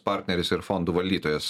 partneris ir fondų valdytojas